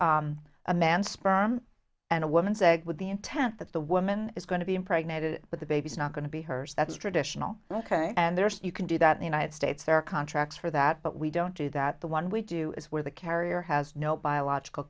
sperm and a woman's egg with the intent that the woman is going to be impregnated with the baby's not going to be hers that's traditional and ok and there's you can do that in the united states there contracts for that but we don't do that the one we do is where the carrier has no biological